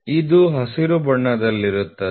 ಇದು ಹಸಿರು ಬಣ್ಣದಲ್ಲಿರುತ್ತದೆ